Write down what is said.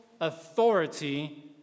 authority